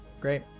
Great